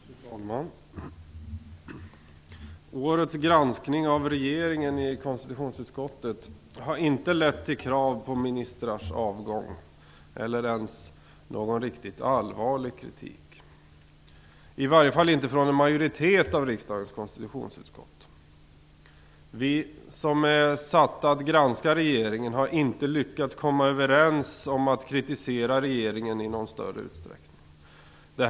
Fru talman! Årets granskning av regeringen i konstitutionsutskottet har inte lett till krav på ministrars avgång eller ens någon riktigt allvarlig kritik, i varje fall inte från en majoritet av riksdagens konstitutionsutskott. Vi som är satta att granska regeringen har inte lyckats komma överens om att kritisera regeringen i någon större utsträckning.